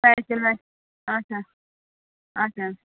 facial آسہِ اَچھا اَچھا